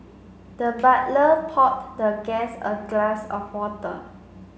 the butler poured the guest a glass of water